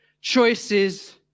choices